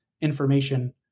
information